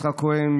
יצחק כהן,